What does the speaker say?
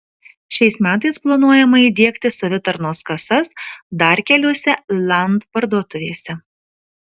šiais metais planuojama įdiegti savitarnos kasas dar keliose land parduotuvėse